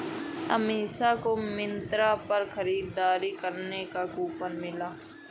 अमीषा को मिंत्रा पर खरीदारी करने पर कूपन मिला